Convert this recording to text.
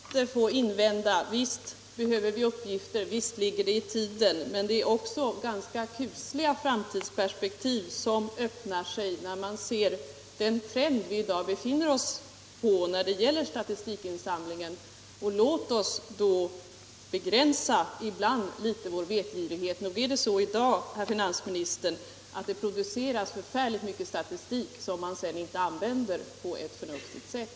Herr talman! Jag måste göra några invändningar. Visserligen behöver vi många statistiska uppgifter, och visserligen ligger det i tiden att man vill ha mycket statistik, men det är också ganska kusliga tidsperspektiv som öppnar sig när vi i dag ser trenden i statistikinsamlandet. Låt oss därför åtminstone ibland begränsa vår vetgirighet! Nog är det väl så i dag att det produceras förfärligt mycket statistik, som sedan inte används på ett förnuftigt sätt.